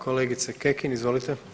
Kolegice Kekin, izvolite.